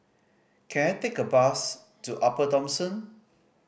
can I take a bus to Upper Thomson